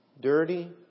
dirty